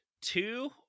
Two